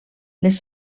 les